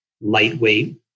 lightweight